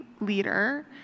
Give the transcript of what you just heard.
leader